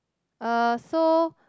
uh so